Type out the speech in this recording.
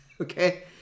Okay